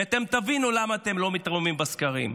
ואתם תבינו למה אתם לא מתרוממים בסקרים.